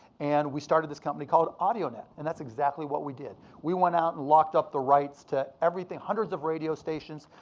and we started this company called audionet. and that's exactly what we did. we went out and locked up the rights to everything, hundreds of radio stations.